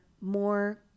more